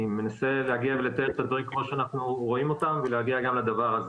אני מנסה לתת את הדברים כמו שאנחנו רואים אותם ולהגיע גם לדבר הזה.